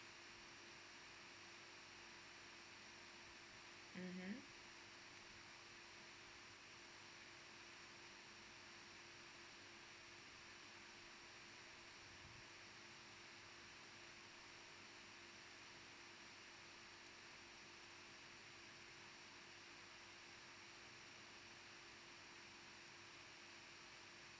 mmhmm mmhmm